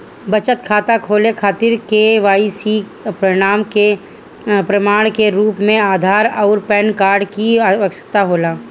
बचत खाता खोले खातिर के.वाइ.सी के प्रमाण के रूप में आधार आउर पैन कार्ड की आवश्यकता होला